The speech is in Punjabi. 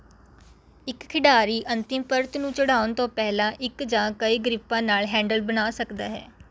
ਇੱਕ ਖਿਡਾਰੀ ਅੰਤਿਮ ਪਰਤ ਨੂੰ ਚੜ੍ਹਾਉਣ ਤੋਂ ਪਹਿਲਾਂ ਇੱਕ ਜਾਂ ਕਈ ਗ੍ਰਿੱਪਾਂ ਨਾਲ ਹੈਂਡਲ ਬਣਾ ਸਕਦਾ ਹੈ